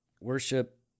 Worship